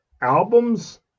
albums